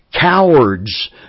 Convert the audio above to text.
cowards